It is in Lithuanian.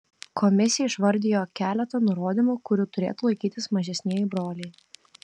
komisija išvardijo keletą nurodymų kurių turėtų laikytis mažesnieji broliai